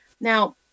Now